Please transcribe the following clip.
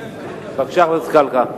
בבקשה, חבר הכנסת זחאלקה.